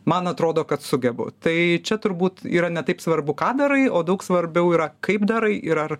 man atrodo kad sugebu tai čia turbūt yra ne taip svarbu ką darai o daug svarbiau yra kaip darai ir ar